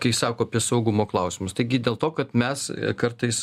kai sako apie saugumo klausimus taigi dėl to kad mes kartais